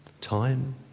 Time